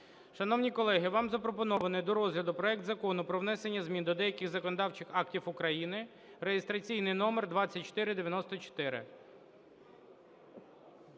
Шановні колеги, вам запропонований до розгляду проект Закону про внесення змін до деяких законодавчих актів України (реєстраційний номер 2494).